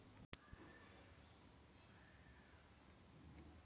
field day शेती उद्योग आणि अवजारांसाठी एक मोठा कार्यक्रम आहे